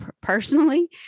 personally